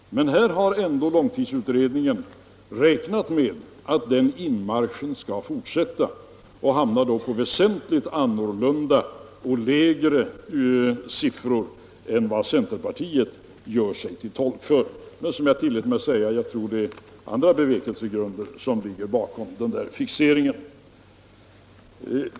Här har ändå långtidsutredningen räknat med att inmarschen skall fortsätta, och utredningen hamnar då på väsentligt annorlunda, lägre siffror än centerpartiet. Men jag tror, som jag tillät mig säga, att det är andra bevekelsegrunder som ligger under den här fixeringen hos centerpartiet.